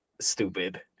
stupid